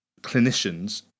clinicians